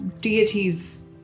deities